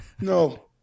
No